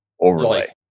overlay